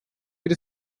geht